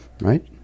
right